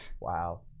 Wow